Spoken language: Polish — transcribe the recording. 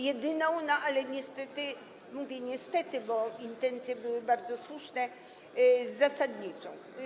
Jedyną, ale niestety - mówię: niestety, bo intencje były bardzo słuszne - zasadniczą.